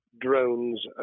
drones